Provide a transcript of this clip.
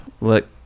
look